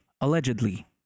allegedly